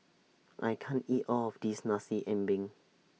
I can't eat All of This Nasi Ambeng